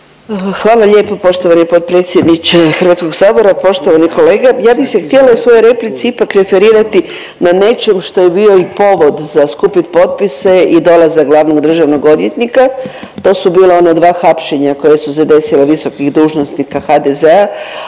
Hvala lijepo poštovani potpredsjedniče Hrvatskog sabora, poštovani kolega. Ja bih se htjela u svojoj replici ipak referirati na nečem što je bio i povod za skupit potpise i dolazak glavnog državnog odvjetnika. To su bila ona dva hapšenja koja su se desila visokih dužnosnika HDZ-a,